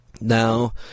Now